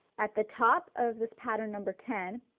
at the top of this pattern number ten,